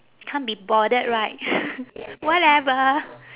can't be bothered right whatever